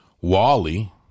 Wally